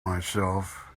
myself